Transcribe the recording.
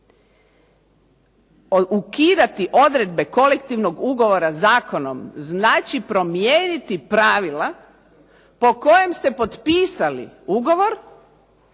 Ukidati odredbe kolektivnog ugovora zakonom, znači promijeniti pravila po kojem ste potpisali ugovor